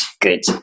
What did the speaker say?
Good